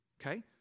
okay